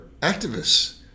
activists